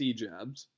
jabs